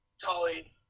Tully